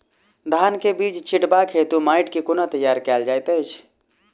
धान केँ बीज छिटबाक हेतु माटि केँ कोना तैयार कएल जाइत अछि?